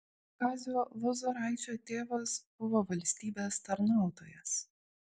kazio lozoraičio tėvas buvo valstybės tarnautojas